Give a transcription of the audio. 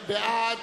בעד,